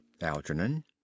Algernon